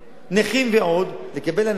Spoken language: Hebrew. נכים ועוד, לקבל הנחה